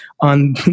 on